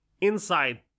inside